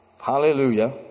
Hallelujah